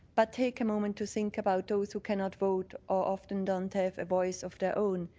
but take a moment to think about those who cannot vote or often don't have a voice of their own,